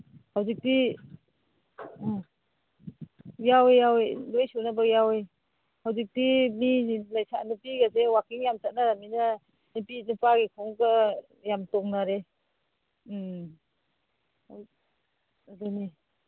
ꯍꯧꯖꯤꯛꯇꯤ ꯎꯝ ꯌꯥꯎꯋꯤ ꯌꯥꯎꯋꯤ ꯂꯣꯏ ꯁꯨꯅꯕ ꯌꯥꯎꯋꯤ ꯍꯧꯖꯤꯛꯇꯤ ꯅꯨꯄꯤꯒꯁꯦ ꯋꯥꯀꯤꯡ ꯌꯥꯝ ꯆꯠꯅꯔꯝꯅꯤꯅ ꯅꯨꯄꯤ ꯅꯨꯄꯥꯒꯤ ꯈꯣꯡꯎꯞꯀ ꯌꯥꯝ ꯇꯣꯡꯅꯔꯦ ꯎꯝ ꯍꯣꯏ ꯑꯗꯨꯅꯤ